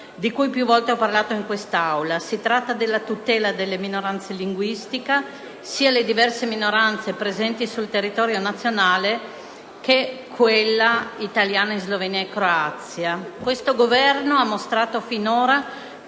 di cui più volte ho parlato in quest'Aula: si tratta della tutela delle minoranze linguistiche, sia le diverse minoranze presenti sul territorio nazionale che quelle italiana e slovena in Croazia. Il Governo ha mostrato finora